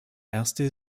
erste